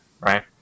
right